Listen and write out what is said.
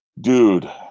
dude